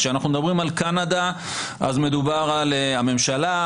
כשאנחנו מדברים על קנדה, אז מדובר על הממשלה.